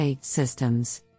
systems